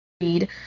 read